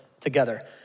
together